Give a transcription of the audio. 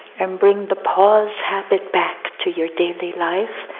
and bring the pause habit back to your daily life.